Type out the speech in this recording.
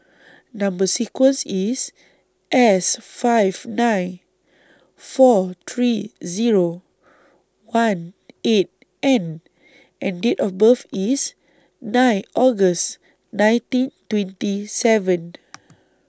Number sequence IS S five nine four three Zero one eight N and Date of birth IS nine August nineteen twenty seven